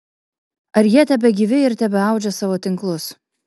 ar jie tebegyvi ir tebeaudžia savo tinklus